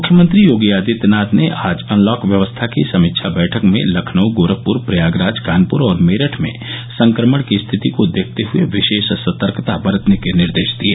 मुख्यमंत्री योगी आदित्यनाथ ने आज अनलॉक व्यवस्था की समीक्षा बैठक में लखनऊ गोरखपुर प्रयागराज कानपुर और मेरठ में संक्रमण की स्थिति को देखते हये विशेष सतर्कता बरतने के निर्देश दिये